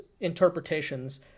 interpretations